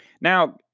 Now